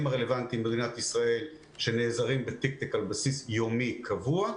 הרלוונטיים במדינת ישראל שנעזרים ב- Tiktek על בסיס יומי קבוע.